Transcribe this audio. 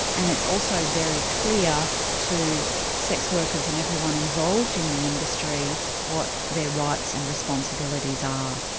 and it's also very clear to sex workers and everyone involved in the industry what their rights and responsibilities are.